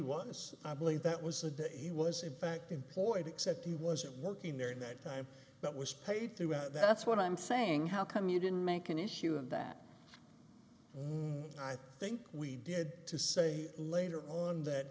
was i believe that was the day he was in fact employed except he wasn't working there in that time but was paid throughout that's what i'm saying how come you didn't make an issue in that room i think we did to say later on that